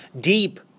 deep